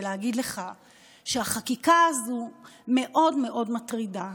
ולהגיד לך שהחקיקה הזאת מאוד מאוד מטרידה.